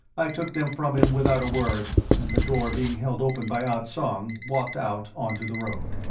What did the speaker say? i took them from him without a word, and, the door being held open by ah tsong, walked out on to the road.